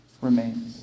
remains